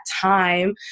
time